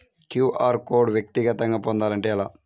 QR code వ్యక్తిగతంగా పొందాలంటే ఎలా?